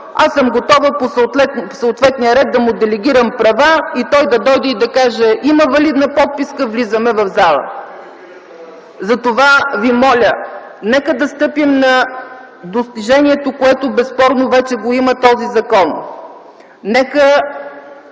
аз съм готова по съответния ред да му делегирам права, той да дойде и да каже: има валидна подписка, влиза в залата. (Реплика от КБ.) Затова ви моля - нека да стъпим на достижението, което безспорно вече го има този закон; нека